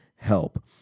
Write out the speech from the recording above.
Help